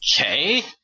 okay